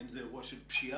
האם זה אירוע של פשיעה?